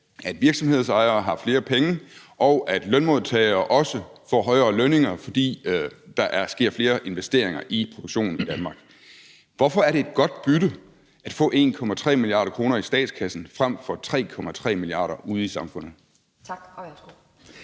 at virksomhedsejere har flere penge og at lønmodtagere også får højere lønninger, fordi der sker flere investeringer i produktionen i Danmark. Hvorfor er det et godt bytte at få 1,3 mia. kr. i statskassen frem for 3,3 mia. kr. ude i samfundet? Kl. 12:36 Anden